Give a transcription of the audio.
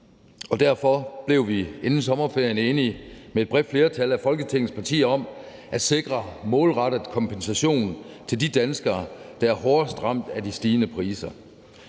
Derfor blev vi inden sommerferien enige med et bredt flertal af Folketingets partier om at sikre en målrettet kompensation til de danskere, der er hårdest ramt af de stigende priser.